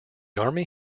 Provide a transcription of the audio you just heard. army